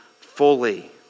fully